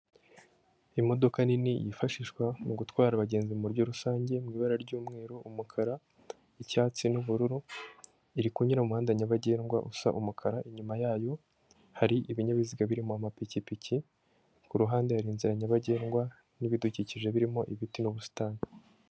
Imodoka nini yifashishwa mu gutwara abagenzi mu buryo rusange, mu ibara ry'umweru, umukara, icyatsi n'ubururu, iri kunyura mu muhanda nyabagendwa usa umukara, inyuma yayo hari ibinyabiziga birimo amapikipiki, ku ruhande hari inzira nyabagendwa n'ibidukikije birimo ibiti n'ubusitani.